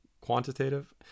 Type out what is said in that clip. quantitative